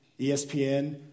ESPN